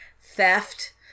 theft